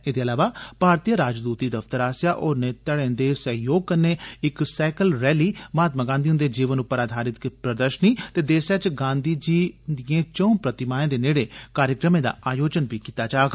एह्दे अलावा भारती राजदूती दफ्तर आसेआ होरनें घड़ें दे सैहयोग कन्नै इक सैकल रैली महात्मा गांधी हुंदे जीवन उप्पर आधारित इक प्रदर्शनी ते देसै च गांधी जी हुंदी चौं प्रतिमाएं दे नेड़े कार्यक्रमें दा आयोजन बी कीता जाग